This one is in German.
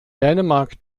dänemark